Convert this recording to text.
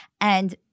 and-